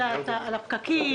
על הפקקים,